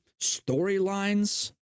storylines